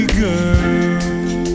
girl